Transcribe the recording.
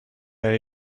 that